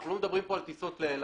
אנחנו לא מדברים פה על טיסות לאילת.